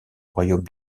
royaume